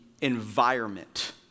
environment